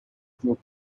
group